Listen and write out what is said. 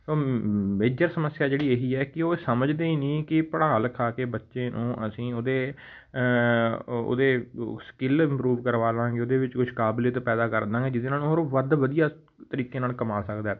ਸੋ major ਸਮੱਸਿਆ ਜਿਹੜੀ ਇਹੀ ਹੈ ਕਿ ਉਹ ਸਮਝਦੇ ਨਹੀਂ ਕਿ ਪੜ੍ਹਾ ਲਿਖਾ ਕੇ ਬੱਚੇ ਨੂੰ ਅਸੀਂ ਉਹਦੇ ਉ ਉਹਦੇ ਸਕਿੱਲ ਇੰਪਰੂਵ ਕਰਵਾ ਲਵਾਂਗੇ ਉਹਦੇ ਵਿੱਚ ਕੁਛ ਕਾਬਲੀਅਤ ਪੈਦਾ ਕਰ ਦੇਵਾਂਗੇ ਜਿਹਦੇ ਨਾਲ ਵੱਧ ਵਧੀਆ ਤਰੀਕੇ ਨਾਲ ਕਮਾ ਸਕਦਾ ਹੈ